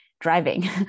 driving